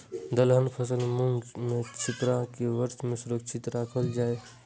दलहन फसल मूँग के छिमरा के वर्षा में सुरक्षित राखल जाय?